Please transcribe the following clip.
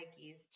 Nikes